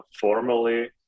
formally